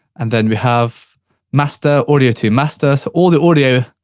and then we have master audio to master, so, all the audio,